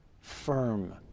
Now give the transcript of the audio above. Firm